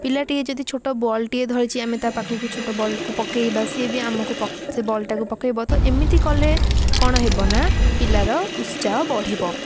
ପିଲାଟିଏ ଯଦି ଛୋଟ ବଲ୍ଟିଏ ଧରିଛି ତା ପାଖକୁ ଛୋଟ ବଲ୍କୁ ପକାଇବା ସିଏ ଆମକୁ ସେ ବଲ୍ଟାକୁ ପକାଇବ ତ ଏମିତି କଲେ କ'ଣ ହେବ ନା ପିଲାର ଉତ୍ସାହ ବଢ଼ିବ